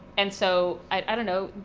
and so i don't know,